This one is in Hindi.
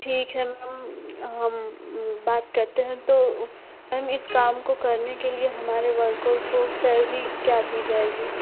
ठीक है मैम हम बात करते हैं तो मैम इस काम को करने के लिए हमारे वर्कर्स को सैलरी क्या दी जाएगी